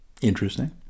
interesting